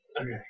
Okay